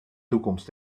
toekomst